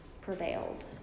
prevailed